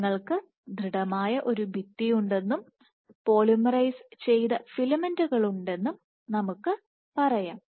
നിങ്ങൾക്ക് ദൃഢമായ ഒരു ഭിത്തി ഉണ്ടെന്നും പോളിമറൈസ് ചെയ്ത ഫിലമെന്റുകളുണ്ടെന്നും നമുക്ക് പറയാം